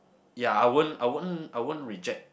ya I won't I won't I won't reject